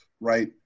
right